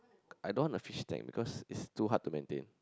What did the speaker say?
I don't want a fish tank because it's too hard to maintain